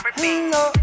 hello